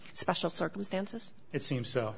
special circumstances it seems